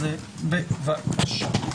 בבקשה.